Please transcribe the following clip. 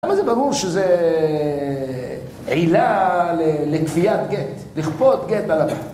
למה זה ברור שזו עילה לכפיית גט, לכפות גט על הבעל?